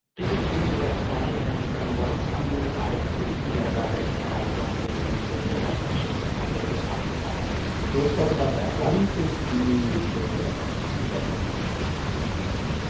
these are the years of our planet and it's done well some years. i completely forget about it and i don't do anything until the day ah off. and it's just like i get her a card from hallmark so let's talk about that. why do you think you forget to get her something on valentine's day?